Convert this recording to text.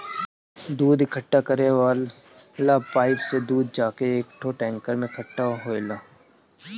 दूध इकट्ठा करे वाला पाइप से दूध जाके एकठो टैंकर में इकट्ठा होखेला